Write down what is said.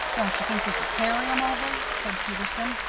don't you think we could carry em over? said peterson.